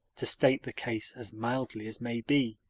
to state the case as mildly as may be.